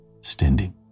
standing